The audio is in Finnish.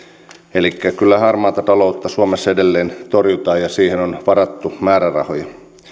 elikkä kyllä harmaata taloutta suomessa edelleen torjutaan ja siihen on varattu määrärahoja